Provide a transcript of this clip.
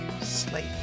sleep